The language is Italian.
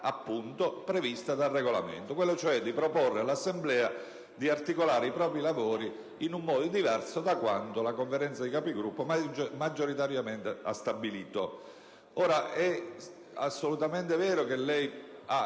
appunto, dal Regolamento, quella di proporre all'Assemblea di articolare i propri lavori in modo diverso da quanto la Conferenza dei Capigruppo maggioritariamente ha stabilito. È assolutamente vero che lei ha